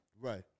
right